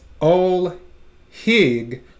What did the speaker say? Ol-Hig